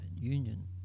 union